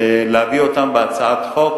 להביא אותם בהצעת חוק,